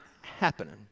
happening